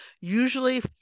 Usually